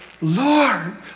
Lord